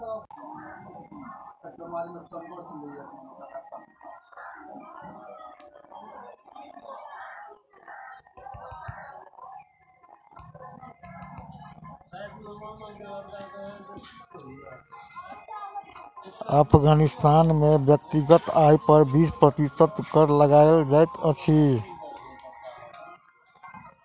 अफ़ग़ानिस्तान में व्यक्तिगत आय पर बीस प्रतिशत कर लगायल जाइत अछि